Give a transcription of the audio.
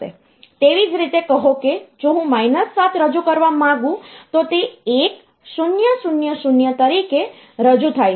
તેવી જ રીતે કહો કે જો હું 7 રજૂ કરવા માંગુ તો તે 1000 તરીકે રજૂ થાય છે